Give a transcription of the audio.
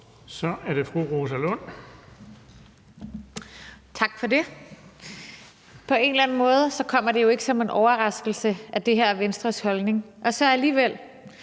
Kl. 16:08 Rosa Lund (EL): Tak for det. På en eller anden måde kommer det jo ikke som en overraskelse, at det her er Venstres holdning, og så alligevel.